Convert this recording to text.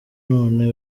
none